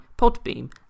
Podbeam